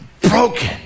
broken